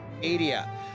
media